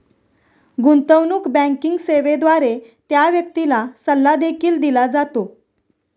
गुंतवणूक बँकिंग सेवेद्वारे त्या व्यक्तीला सल्ला देखील दिला जातो